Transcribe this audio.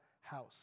house